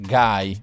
guy